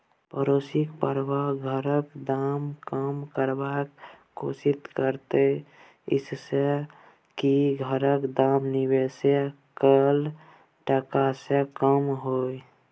पडोसक प्रभाव घरक दाम कम करबाक कोशिश करते जइसे की घरक दाम निवेश कैल टका से कम हुए